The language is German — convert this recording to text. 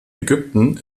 ägypten